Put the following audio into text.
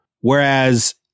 whereas